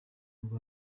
ngo